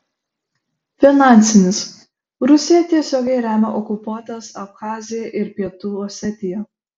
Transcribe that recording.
finansinis rusija tiesiogiai remia okupuotas abchaziją ir pietų osetiją